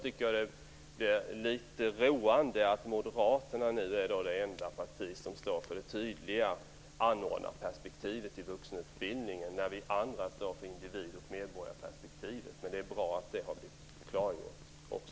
Dessutom är det litet roande att Moderaterna nu är det enda partiet som står för ett tydligt anordnarperspektiv i vuxenutbildningen, medan vi andra står för ett individ och medborgarperspektiv. Men det är bra att också detta har klargjorts.